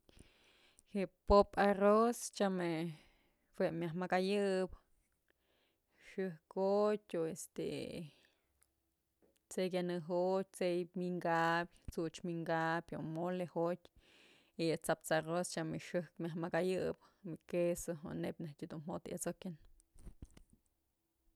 Je'e po'op arroz tyam he jue myak makayëp xëjkotyë o este t'sey kyanëjotyë, t'sey wi'inkabyë, t'such wi'inkabyë mole jotyë y t'saps arroz tyam yë xëjk myaj mëkayëp më queso o neyb najtyë dun jo'otë at'sokyën.